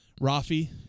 Rafi